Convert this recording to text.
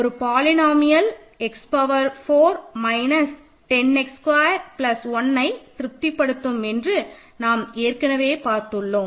ஒரு polynomial x power 4 minus 10 x square plus 1ஐ திருப்திபடுத்தும் என்று நாம் ஏற்கனவே பார்த்துள்ளோம்